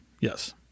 Yes